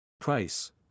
Price